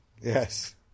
Yes